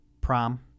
Prom